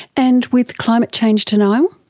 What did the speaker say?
and with climate change denial?